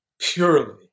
purely